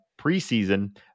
preseason